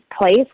place